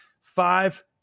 five